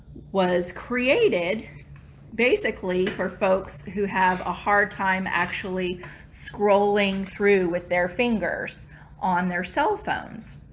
was created basically for folks who have a hard time actually scrolling through with their fingers on their cell phones,